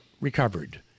recovered